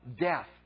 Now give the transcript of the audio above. Death